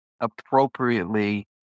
appropriately